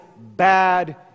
bad